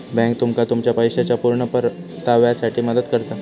bank तुमका तुमच्या पैशाच्या पुर्ण परताव्यासाठी मदत करता